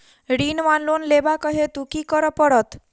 ऋण वा लोन लेबाक हेतु की करऽ पड़त?